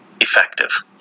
Effective